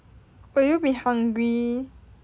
will you be hungry